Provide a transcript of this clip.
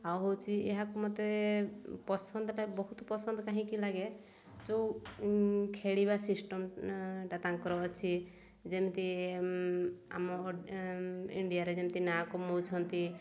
ଆଉ ହେଉଛି ଏହାକୁ ମୋତେ ପସନ୍ଦଟା ବହୁତ ପସନ୍ଦ କାହିଁକି ଲାଗେ ଯେଉଁ ଖେଳିବା ସିଷ୍ଟମଟା ତାଙ୍କର ଅଛି ଯେମିତି ଆମ ଇଣ୍ଡିଆରେ ଯେମିତି ନାଁ କମାଉଛନ୍ତି